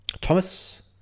thomas